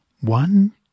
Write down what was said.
One